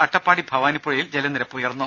അട്ടപ്പാടി ഭവാനിപ്പുഴയിൽ ജലനിരപ്പ് ഉയർന്നു